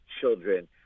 children